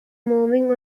moving